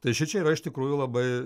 tai šičia yra iš tikrųjų labai